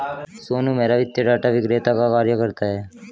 सोनू मेहरा वित्तीय डाटा विक्रेता का कार्य करता है